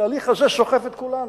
התהליך הזה סוחף את כולנו.